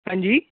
अंजी